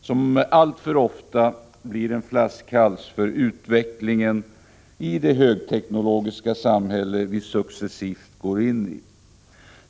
Bristen på det senare blir alltför ofta en flaskhals i utvecklingen av det högteknologiska samhälle som vi successivt går in i.